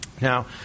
Now